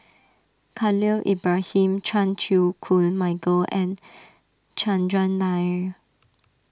Khalil Ibrahim Chan Chew Koon Michael and Chandran Nair